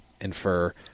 infer